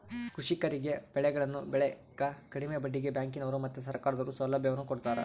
ಕೃಷಿಕರಿಗೆ ಬೆಳೆಗಳನ್ನು ಬೆಳೆಕ ಕಡಿಮೆ ಬಡ್ಡಿಗೆ ಬ್ಯಾಂಕಿನವರು ಮತ್ತೆ ಸರ್ಕಾರದವರು ಸೌಲಭ್ಯವನ್ನು ಕೊಡ್ತಾರ